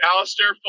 Alistair